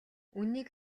үнэнийг